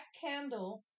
candle